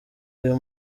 uyu